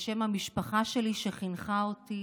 בשם המשפחה שלי, שחינכה אותי,